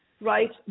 right